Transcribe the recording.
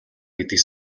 гэдгийг